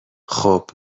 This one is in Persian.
خوب